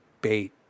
bait